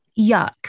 yuck